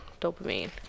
Dopamine